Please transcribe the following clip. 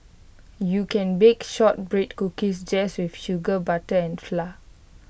you can bake Shortbread Cookies just with sugar butter and flour